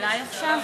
אולי עכשיו.